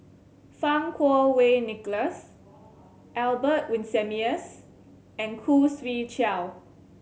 Fang Kuo Wei Nicholas Albert Winsemius and Khoo Swee Chiow